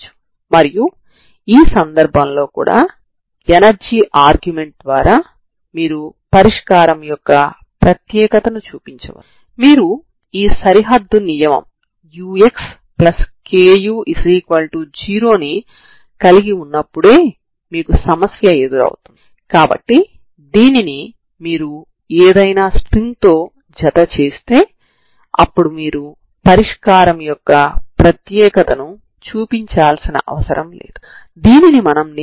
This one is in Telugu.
మరియు ఎనర్జీ ఆర్గ్యుమెంట్ ద్వారా ఇచ్చిన సమస్యకు ఉన్న పరిష్కారం u ఒకటే అని చూడవచ్చు సరేనా